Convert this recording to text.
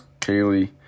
Kaylee